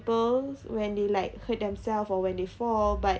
peoples when they like hurt themselves or when they fall but